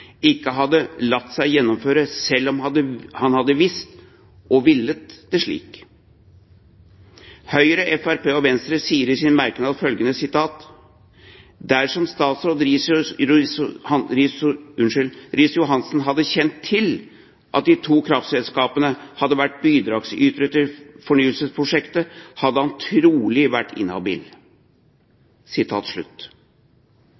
ikke hadde latt seg gjennomføre selv om han hadde visst og villet det slik. Høyre, Fremskrittspartiet og Venstre sier i sine merknader følgende: dersom statsråd Riis-Johansen hadde kjent til at de to kraftselskapene hadde vært bidragsytere til fornybarprosjektet, hadde han trolig vært